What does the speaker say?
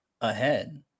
ahead